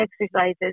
exercises